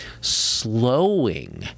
slowing